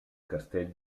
castell